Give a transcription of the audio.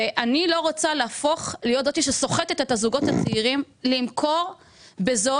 אני לא רוצה להפוך להיות זו שסוחטת את הדירות הצעירים למכור בזול,